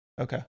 okay